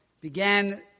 began